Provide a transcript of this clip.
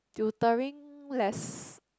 tutoring less